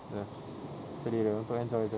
just sedia dia untuk so and so